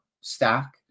stack